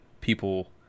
people